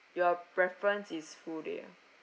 your preference is full day ah